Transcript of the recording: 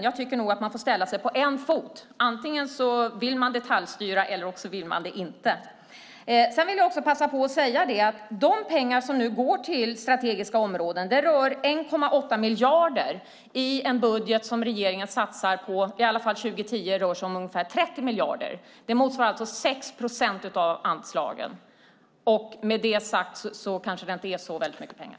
Jag tycker att man får ställa sig på en fot. Antingen vill man detaljstyra eller också vill man det inte. Jag vill också passa på att säga att de pengar som nu går till strategiska områden rör 1,8 miljarder i en budget på 30 miljarder för 2010. Det motsvarar alltså 6 procent av anslagen. Med det sagt kanske det inte är så väldigt mycket pengar.